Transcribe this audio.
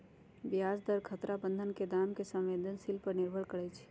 ब्याज दर खतरा बन्धन के दाम के संवेदनशील पर निर्भर करइ छै